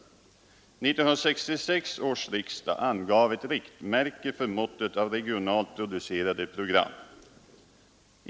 1966 års riksdag angav ett riktmärke för måttet av regionalt producerade program.